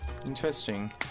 interesting